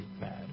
bad